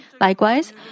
Likewise